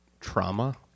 trauma